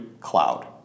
cloud